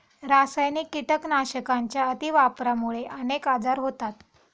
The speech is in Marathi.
रासायनिक कीटकनाशकांच्या अतिवापरामुळे अनेक आजार होतात